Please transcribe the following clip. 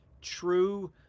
True